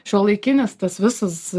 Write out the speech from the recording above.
šiuolaikinis tas visas